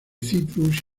citrus